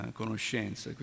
conoscenza